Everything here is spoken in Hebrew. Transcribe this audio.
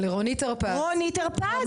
לרונית הרפז,